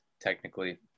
technically